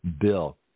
bill